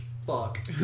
Fuck